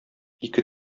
ике